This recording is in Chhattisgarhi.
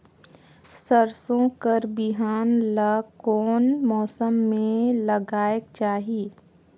सरसो कर बिहान ला कोन मौसम मे लगायेक चाही?